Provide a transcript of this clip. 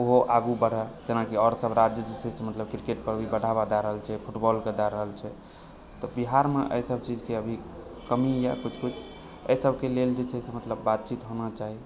ओहो आगू बढ़य जेनाकि आओरसभ राज्य जेनाकि जे छै से मतलब क्रिकेटकेँ भी बढ़ावा दए रहल छै फुटबॉलकेँ दए रहल छै तऽ बिहारमे एहिसभ चीजके अभी कमीया कुछ कुछ एहिसभकेँ लेल जे छै मतलब बातचीत होना चाही